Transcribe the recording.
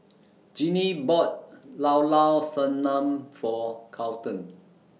Jinnie bought Llao Llao Sanum For Carlton